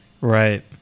right